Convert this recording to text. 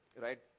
right